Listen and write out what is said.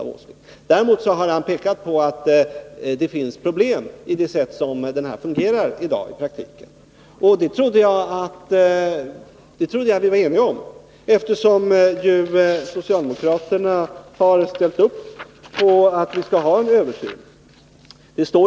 Däremot har industriministern pekat på att det finns problem förknippade med det sätt på vilket denna lagstiftning i praktiken fungerar. Det trodde jag att vi var eniga om, eftersom socialdemokraterna har ställt upp på att vi skall ha en översyn av lagstiftningen.